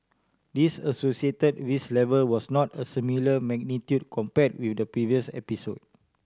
this associated risk level was not a similar magnitude compared with the previous episode